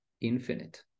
infinite